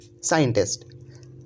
scientist